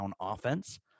offense